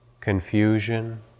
confusion